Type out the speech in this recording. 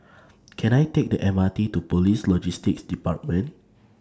Can I Take The M R T to Police Logistics department